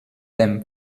them